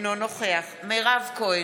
אינו נוכח מירב כהן,